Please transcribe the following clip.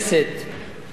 בקשת הממשלה,